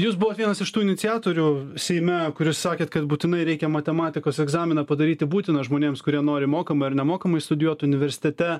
jūs buvot vienas iš tų iniciatorių seime kuris sakėt kad būtinai reikia matematikos egzaminą padaryti būtiną žmonėms kurie nori mokamai ar nemokamai studijuot universitete